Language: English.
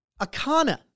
Akana